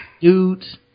dudes